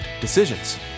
Decisions